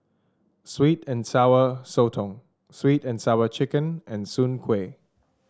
sweet and Sour Sotong sweet and Sour Chicken and Soon Kuih